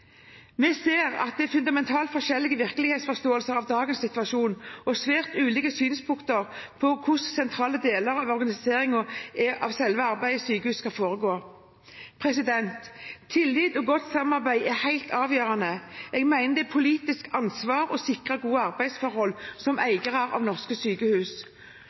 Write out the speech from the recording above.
Vi ser at det er fundamentalt forskjellige virkelighetsforståelser av dagens situasjon, og svært ulike synspunkter på hvordan sentrale deler av organiseringen av selve arbeidet i sykehuset skal foregå. Tillit og godt samarbeid er helt avgjørende. Jeg mener det er politikernes ansvar å sikre gode arbeidsforhold – som eiere av norske sykehus.